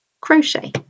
Crochet